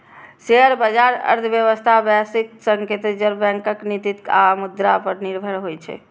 share बाजार अर्थव्यवस्था, वैश्विक संकेत, रिजर्व बैंकक नीति आ मुद्रा पर निर्भर होइ छै